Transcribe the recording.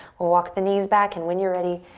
walk the knees back and when you're ready,